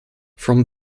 from